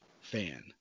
fan